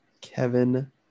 Kevin